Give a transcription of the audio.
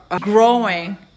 growing